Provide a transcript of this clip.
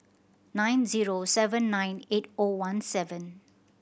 nine zero seven nine eight O one seven